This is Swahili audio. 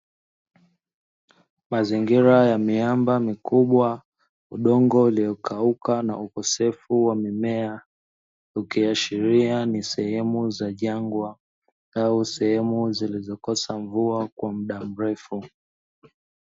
Mazingira ya miamba mikubwa, udongo uliokauka na ukosefu wa mimea, ukiashiria ni sehemu za jangwa au sehemu zilizokosa mvua kwa muda mrefu.